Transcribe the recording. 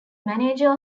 manager